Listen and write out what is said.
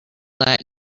that